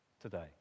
today